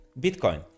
Bitcoin